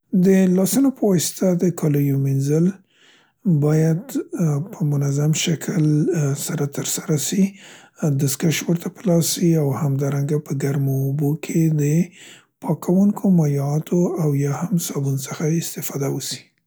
د لاسونو په واسطه د کالیو مینځل باید، ا، په منظم شکل، ا، سره ترسره سي، دستکش ورته په لاس سي او همدارنګه په ګرمو اوبو کې دې پاکونوکو مایعاتو او صابون څخه استفاده وسي.